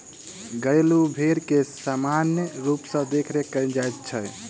घरेलू भेंड़ के सामान्य रूप सॅ देखरेख कयल जाइत छै